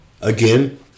again